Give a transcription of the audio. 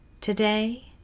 today